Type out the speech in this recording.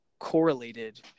correlated